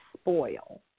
spoil